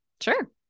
Sure